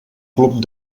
club